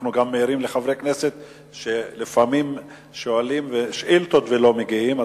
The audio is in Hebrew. אנחנו גם מעירים לחברי כנסת שלפעמים שואלים שאילתות ולא מגיעים,